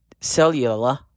cellular